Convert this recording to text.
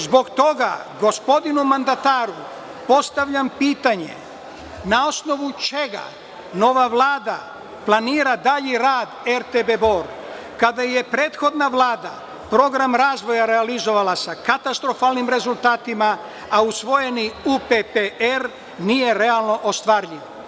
Zbog toga gospodinu mandataru postavljam pitanje - na osnovu čega nova Vlada planira dalji rad RTB Bor, kada je prethodna Vlada program razvoja realizovala sa katastrofalnim rezultatima, a usvojeni UPPR nije realno ostvarljiv?